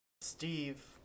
Steve